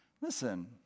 Listen